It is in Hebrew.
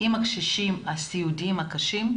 עם הקשישים הסיעודיים הקשים,